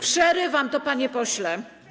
Przerywam to, panie pośle.